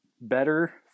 better